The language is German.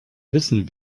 wissen